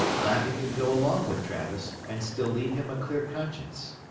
lappy could go along with travis and still leave him a clear conscience.